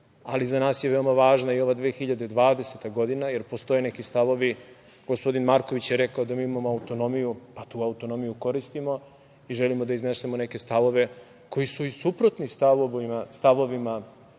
ali za nas je veoma važna i ova 2020. godina, jer postoje neki stavovi, gospodin Marković je rekao da mi imamo autonomiju pa tu autonomiju koristimo i želimo da iznesemo neke stavove koji su i suprotni stavovima